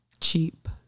cheap